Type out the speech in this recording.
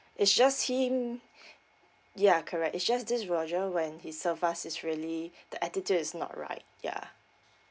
it's just him ya correct it's just this roger when his serve us he's really the attitude is not right yeah